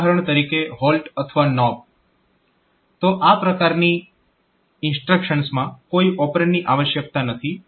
ઉદાહરણ તરીકે HALT અથવા KNOB તો આ પ્રકારની ઇન્સ્ટ્રક્શન્સમાં કોઈ ઓપરેન્ડની આવશ્યકતા નથી